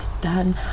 done